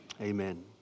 amen